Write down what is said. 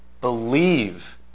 believe